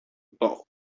bulk